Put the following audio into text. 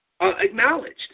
acknowledged